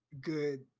good